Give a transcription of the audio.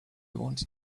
wanted